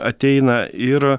ateina yra